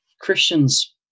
Christians